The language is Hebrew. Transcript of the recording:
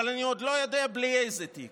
אבל אני עוד לא יודע בלי איזה תיק.